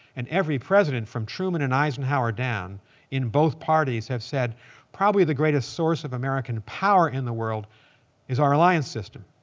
and every president from truman and eisenhower down in both parties have said probably the greatest source of american power in the world is our alliance system.